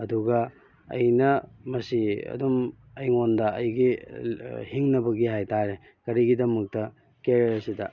ꯑꯗꯨꯒ ꯑꯩꯅ ꯃꯁꯤ ꯑꯗꯨꯝ ꯑꯩꯉꯣꯟꯗ ꯑꯩꯒꯤ ꯍꯤꯡꯅꯕꯒꯤ ꯍꯥꯏꯇꯥꯔꯦ ꯀꯔꯤꯒꯤꯗꯃꯛꯇ ꯀꯦꯔꯤꯌꯔ ꯁꯤꯗ